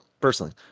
personally